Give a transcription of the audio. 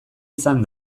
izan